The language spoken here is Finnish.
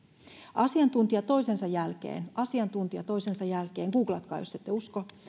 asiantuntija toisensa jälkeen asiantuntija toisensa jälkeen googlatkaa jos ette usko